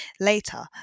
Later